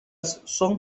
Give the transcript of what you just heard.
son